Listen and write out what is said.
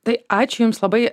tai ačiū jums labai